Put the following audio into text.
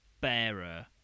bearer